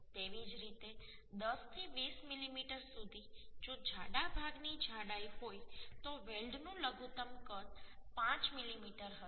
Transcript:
તેવી જ રીતે 10 થી 20 મીમી સુધી જો જાડા ભાગની જાડાઈ હોય તો વેલ્ડનું લઘુત્તમ કદ 5 મીમી હશે